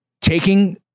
taking